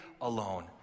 alone